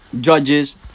Judges